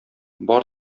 бар